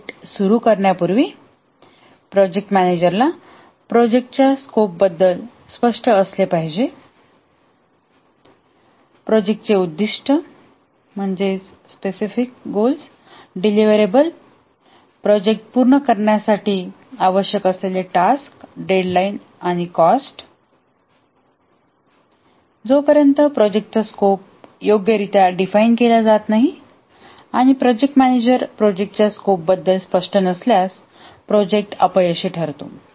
project सुरू करण्यापूर्वी project मॅनेजरला प्रोजेक्टच्या स्कोपबद्दल स्पष्ट केले पाहिजे प्रोजेक्टचे उद्दीष्ट डिलिव्हरेबल प्रोजेक्ट पूर्ण करण्यासाठी आवश्यक असलेले टास्क डेडलाईन्स आणि कॉस्ट जोपर्यंत प्रोजेक्टचा स्कोप योग्य रित्या डिफाइन केला जात नाही आणि प्रोजेक्ट मॅनेजर प्रोजेक्टच्या स्कोपबद्दल स्पष्ट नसल्यास प्रोजेक्ट अपयशी ठरतो